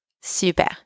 Super